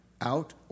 out